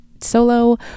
solo